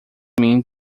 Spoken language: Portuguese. mim